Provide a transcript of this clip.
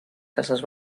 cases